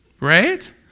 Right